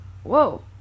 Whoa